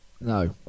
no